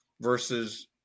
versus